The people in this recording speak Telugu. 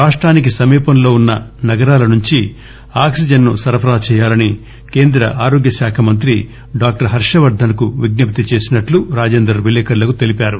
రాష్టానికి సమీపంలో వున్న నగరాల నుంచి ఆక్సిజన్ ను సరఫరా చేయాలని కేంద్ర ఆరోగ్యశాఖ మంత్రి డాక్టర్ హర్షవర్దస్ కు విజ్ఞప్తి చేసినట్లు ఈటల రాజేందర్ విలేకర్లకు తెలిపారు